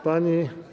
Pani.